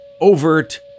overt